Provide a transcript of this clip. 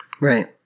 Right